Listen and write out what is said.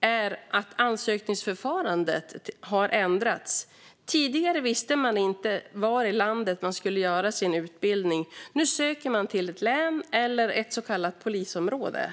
är att ansökningsförfarandet har ändrats. Tidigare visste man inte var i landet man skulle göra sin utbildning. Nu söker man till ett län eller ett så kallat polisområde.